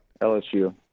LSU